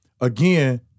again